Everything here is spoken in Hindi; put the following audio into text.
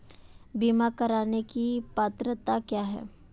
बीमा करने की पात्रता क्या है?